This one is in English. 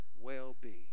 well-being